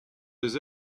des